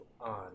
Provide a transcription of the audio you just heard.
on